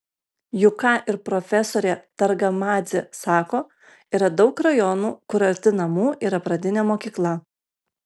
juk ką ir profesorė targamadzė sako yra daug rajonų kur arti namų yra pradinė mokykla